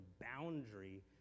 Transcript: boundary